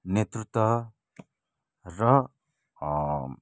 नेतृत्व र